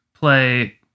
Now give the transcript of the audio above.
play